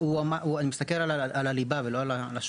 אני מסתכל על הליבה ולא על השוליים.